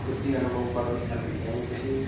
ଖୁସି ଅନୁଭବ କରୁଛନ୍ତି ଯେମିତିକି